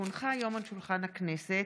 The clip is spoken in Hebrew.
כי הונחו היום על שולחן הכנסת,